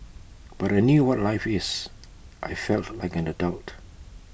but I knew what life is I felt like an adult